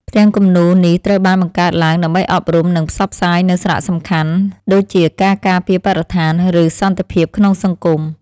ផ្ទាំងគំនូរនេះត្រូវបានបង្កើតឡើងដើម្បីអប់រំ និងផ្សព្វផ្សាយនូវសារៈសំខាន់ ដូចជាការការពារបរិស្ថាន ឬសន្តិភាពក្នុងសង្គម។